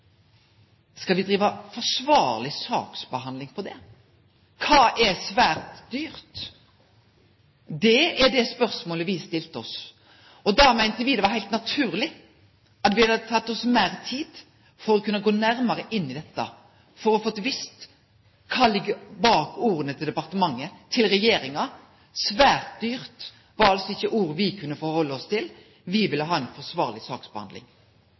Skal me drive forsvarleg saksbehandling på dette? Kva er svært dyrt? Det er det spørsmålet me stilte oss. Da meinte me det var heilt naturleg at me hadde teke oss meir tid for å kunne gå nærare inn i dette, for å få vite kva som ligg bak orda til departementet, til regjeringa. «Svært dyrt» var altså ikkje ord me kunne halde oss til. Me ville ha ei forsvarleg saksbehandling.